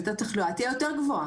אז התחלואה תהיה יותר גבוהה.